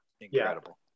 incredible